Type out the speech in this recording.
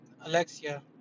Alexia